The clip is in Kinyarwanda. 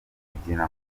kugira